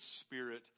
Spirit